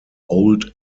old